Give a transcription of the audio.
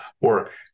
work